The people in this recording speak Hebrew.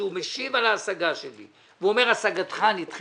כשהוא משיב על ההשגה שלי והוא אומר: השגתך נדחתה,